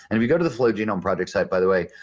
and if you go to the flow genome project site by the way,